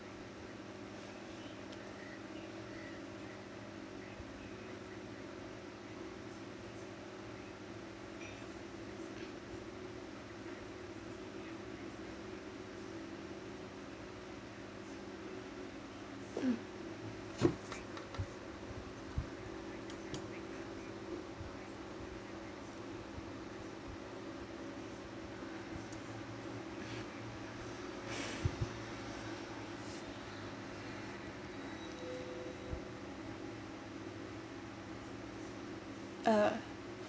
um uh